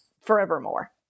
forevermore